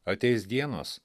ateis dienos